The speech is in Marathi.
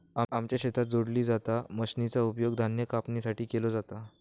आमच्या शेतात जोडली जाता मशीनचा उपयोग धान्य कापणीसाठी केलो जाता